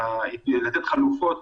כדי לתת חלופות